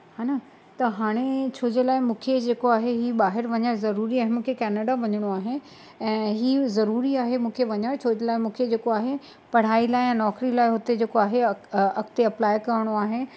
है न त हाणे छो जे लाइ मूंखे जेको आहे इहे ॿाहिरि वञण ज़रूरी आहे मूंखे केनेडा वञिणो आहे ऐं इहा ज़रूरी आहे मूंखे वञणु छोजे लाइ मूंखे जेको आहे पढ़ाई लाइ ऐं नौकरी लाइ हुते जेको आहे अॻिते अप्लाए करिणो आहे